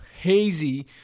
hazy